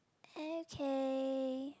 okay